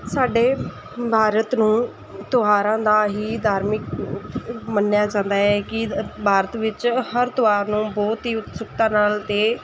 ਸਾਡੇ ਭਾਰਤ ਨੂੰ ਤਿਉਹਾਰਾਂ ਦਾ ਹੀ ਧਾਰਮਿਕ ਮੰਨਿਆ ਜਾਂਦਾ ਹੈ ਕਿ ਭਾਰਤ ਵਿੱਚ ਹਰ ਤਿਉਹਾਰ ਨੂੰ ਬਹੁਤ ਹੀ ਉਤਸੁਕਤਾ ਨਾਲ ਅਤੇ